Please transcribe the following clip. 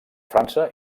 frança